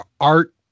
art